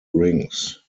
rings